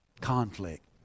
Conflict